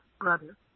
brother